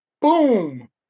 Boom